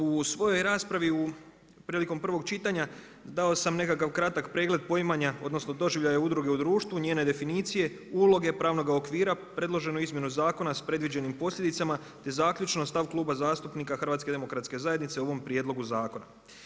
U svojoj raspravi prilikom prvog čitanja dao sam nekakav kratak pregleda poimanja odnosno doživljaja udruge u društvu, njene definicije, uloge pravnoga okvira predloženu izmjenu zakona s predviđenim posljedicama, te zaključno stav Kluba zastupnika HDZ-a o ovom prijedlogu zakona.